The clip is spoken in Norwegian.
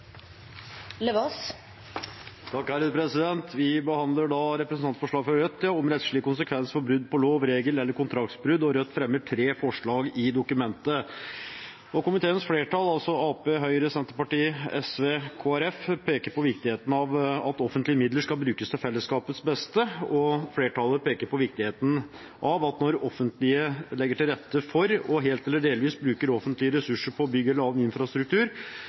Vi behandler et representantforslag fra Rødt om rettslige konsekvenser ved lov-, regel- og kontraktsbrudd, og Rødt fremmer tre forslag i dokumentet. Komiteens flertall, Arbeiderpartiet, Høyre, Senterpartiet, SV og Kristelig Folkeparti, peker på viktigheten av at offentlige midler skal brukes til fellesskapets beste, og flertallet peker på viktigheten av at når det offentlige legger til rette for og helt eller delvis bruker offentlige ressurser på bygg eller annen infrastruktur,